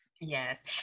yes